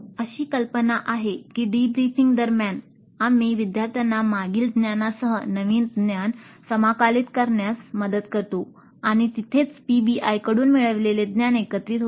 अशी कल्पना आहे की डिब्रीफिंग दरम्यान आम्ही विद्यार्थ्यांना मागील ज्ञानासह नवीन ज्ञान समाकलित करण्यास मदत करतो आणि तिथेच पीबीआय कडून मिळविलेले ज्ञान एकत्रित होते